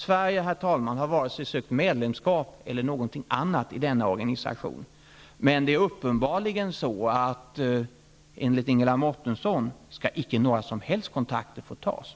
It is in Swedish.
Sverige har, herr talman, inte sökt vare sig medlemskap eller något annat i denna organisation, men det är uppenbarligen enligt Ingela Mårtensson så, att inga som helst kontakter skall få tas.